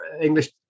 English